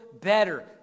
better